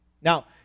Now